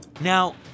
Now